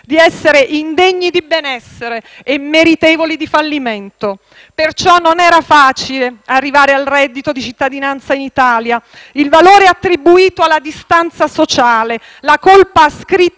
di essere indegni di benessere e meritevoli di fallimento. Perciò non era facile arrivare al reddito di cittadinanza in Italia. Il valore attribuito alla distanza sociale, la colpa ascritta